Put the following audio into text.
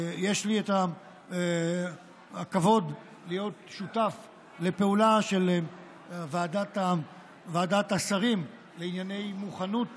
יש לי את הכבוד להיות שותף לפעולה של ועדת השרים לענייני מוכנות